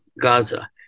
Gaza